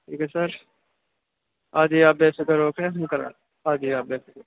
ٹھیک ہے سر آ جائیے ایسا کرو پھر آ جائے آپ